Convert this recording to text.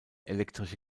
elektrische